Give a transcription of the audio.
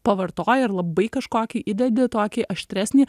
pavartoji ir labai kažkokį įdedi tokį aštresnį